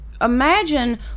imagine